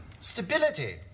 Stability